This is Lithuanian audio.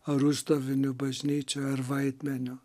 ar uždaviniu bažnyčioj ar vaidmeniu